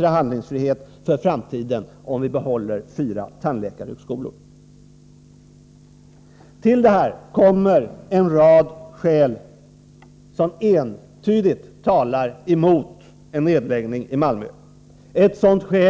och handlingsfrihet för framtiden om vi behåller fyra tandläkarhögskolor. Ytterligare en rad skäl talar entydigt mot en nedläggning av högskolan i Malmö.